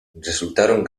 resultaron